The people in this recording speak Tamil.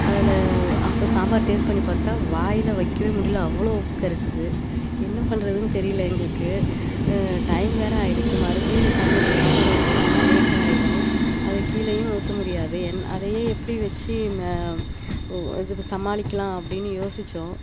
அதில் அப்போ சாம்பார் டேஸ்ட் பண்ணி பார்த்தா வாயிலே வைக்கவே முடியல அவ்வளோ உப்பு கரிச்சிது என்ன பண்ணுறதுன்னு தெரியல எங்களுக்கு டைம் வேறு ஆயிடுச்சு மறுபடியும் சமைக்க சாம்பார் வைக்கணுன்னா லேட் ஆயிடும் அதுக்கு கீழேயும் ஊற்ற முடியாது அதையே எப்படி வச்சு இது சமாளிக்கலாம் அப்படின்னு யோசிச்சோம்